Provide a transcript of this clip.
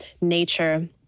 nature